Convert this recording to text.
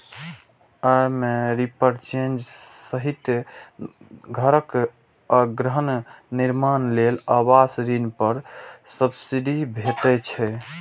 अय मे रीपरचेज सहित घरक अधिग्रहण, निर्माण लेल आवास ऋण पर सब्सिडी भेटै छै